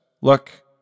Look